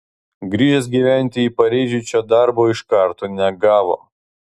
grįžęs gyventi į paryžių čia darbo iš karto negavo